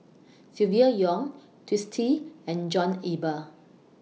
Silvia Yong Twisstii and John Eber